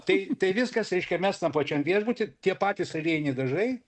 tai tai viskas reiškia mes tam pačiam viešbuty tie patys aliejiniai dažai